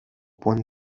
pueden